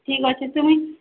ଠିକ୍ ଅଛେ ସେ ମୁଇଁ